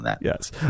Yes